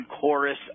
chorus